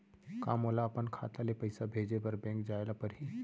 का मोला अपन खाता ले पइसा भेजे बर बैंक जाय ल परही?